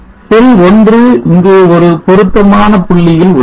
செல் 1 இங்கே ஒரு பொருத்தமான புள்ளியில் உள்ளது